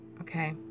Okay